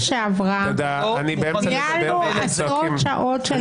בפעם שעברה ניהלנו עשרות שעות של דיונים --- תודה.